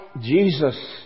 Jesus